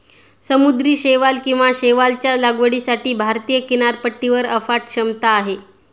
समुद्री शैवाल किंवा शैवालच्या लागवडीसाठी भारतीय किनारपट्टीवर अफाट क्षमता आहे